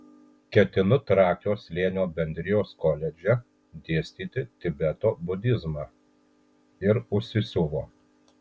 ketinu trakio slėnio bendrijos koledže dėstyti tibeto budizmą ir užsisiuvo